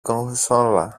κονσόλα